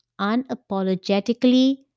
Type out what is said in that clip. unapologetically